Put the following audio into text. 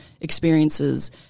experiences